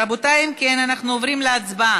רבותיי, אם כן, אנחנו עוברים להצבעה.